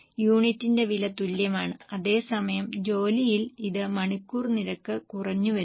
യൂണിറ്റിന്റെ വില തുല്യമാണ് അതേസമയം ജോലിയിൽ ഇത് മണിക്കൂർ നിരക്ക് കുറഞ്ഞുവരുന്നു